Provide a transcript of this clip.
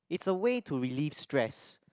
it's a way to relief stress